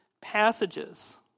passages